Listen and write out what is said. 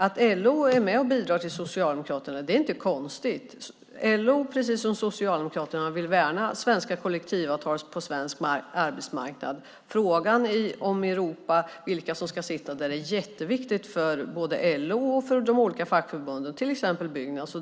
Att LO är med och bidrar till Socialdemokraterna är inte konstigt. LO vill precis som Socialdemokraterna värna svenska kollektivavtal på svensk arbetsmarknad. Frågan om vilka som ska sitta i Europa är jätteviktig för såväl LO som de olika fackförbunden, till exempel Byggnads.